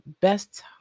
best